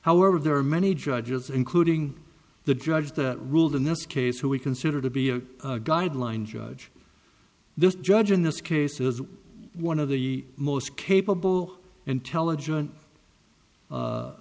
however there are many judges including the judge that ruled in this case who we consider to be a guideline judge this judge in this case is one of the most capable intelligent